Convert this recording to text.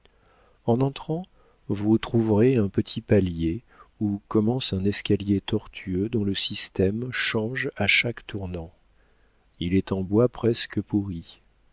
en entrant vous trouverez un petit palier où commence un escalier tortueux dont le système change à chaque tournant il est en bois presque pourri